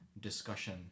discussion